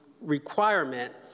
requirement